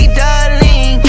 darling